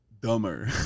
Dumber